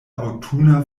aŭtuna